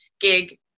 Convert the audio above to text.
gig